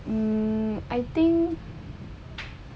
mm I think